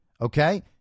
Okay